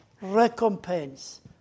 recompense